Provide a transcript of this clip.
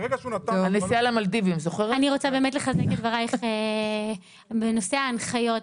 אני רוצה לחזק את דברייך בנושא ההנחיות.